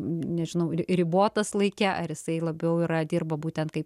nežinau ri ribotas laike ar jisai labiau yra dirba būtent kaip